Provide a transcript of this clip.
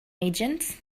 agents